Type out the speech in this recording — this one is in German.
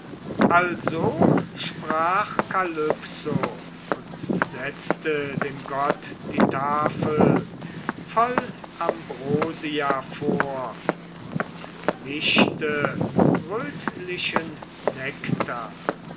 also sprach kalypso und setzte dem gotte die tafel voll ambrosia vor und mischte rötlichen nektar